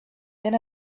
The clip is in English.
than